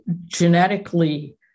genetically